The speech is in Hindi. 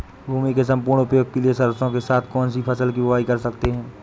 भूमि के सम्पूर्ण उपयोग के लिए सरसो के साथ कौन सी फसल की बुआई कर सकते हैं?